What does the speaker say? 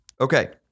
Okay